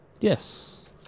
Yes